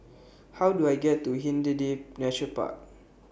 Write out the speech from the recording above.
How Do I get to Hindhede Nature Park